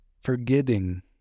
forgetting